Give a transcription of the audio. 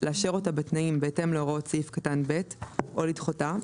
לאשר אותה בתנאים בהתאם להוראות סעיף קטן (ב) או לדחותה,